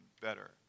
better